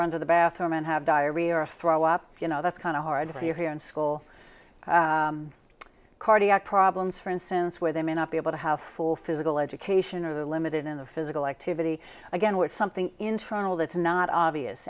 run to the bathroom and have diarrhea or throw up you know that's kind of hard for you here in school cardiac problems for instance where they may not be able to have full physical education or the limited in the physical activity again with something internal that's not obvious